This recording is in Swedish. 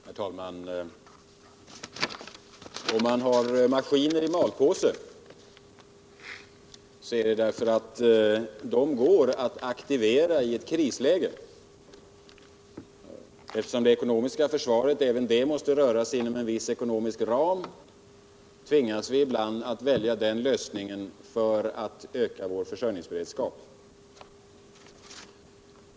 Herr talman! Om man har maskiner i malpåse, så är det därför att de går att aktivera i ett krisläge. Eftersom även det ekonomiska försvaret måste röra sig inom en viss ekonomisk ram, tvingas vi ibland att välja den lösningen för att öka vår försörjningsberedskap.